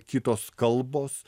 kitos kalbos